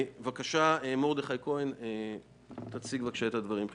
מרדכי כהן, תציג את הדברים.